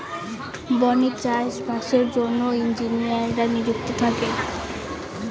বনে চাষ বাসের জন্য ইঞ্জিনিয়াররা নিযুক্ত থাকে